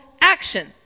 action